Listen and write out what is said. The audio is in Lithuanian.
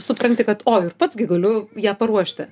supranti kad o ir pats gi galiu ją paruošti